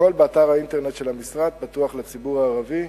הכול באתר האינטרנט של המשרד, פתוח לציבור הערבי.